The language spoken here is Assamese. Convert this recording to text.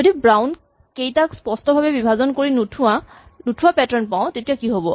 যদি ব্ৰাউন কেইটাক স্পষ্টকৈ বিভাজন কৰি নোথোৱা পেটাৰ্ন পাওঁ তেতিয়া কি হ'ব